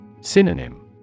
Synonym